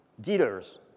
dealers